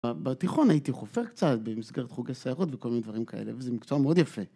בתיכון הייתי חופר קצת במסגרת חוגי סיירות וכל מיני דברים כאלה וזה מקצוע מאוד יפה.